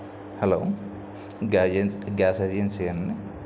hello gas ఏజెన్సీయేనా అండి